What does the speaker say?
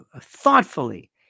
Thoughtfully